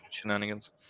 shenanigans